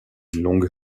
longue